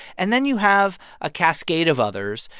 and then you have a cascade of others,